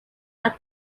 are